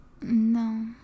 No